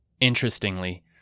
Interestingly